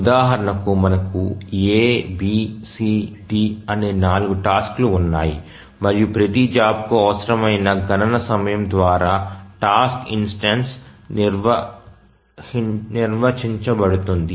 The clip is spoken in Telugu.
ఉదాహరణకు మనకు A B C D అనే నాలుగు టాస్క్ లు ఉన్నాయి మరియు ప్రతి జాబ్ కు అవసరమైన గణన సమయం ద్వారా టాస్క్ ఇన్స్టెన్సు నిర్వచించబడుతుంది